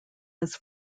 his